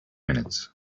minutes